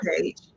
page